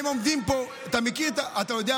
לא הבנתי, אנחנו לא יכולים לדבר על הגאון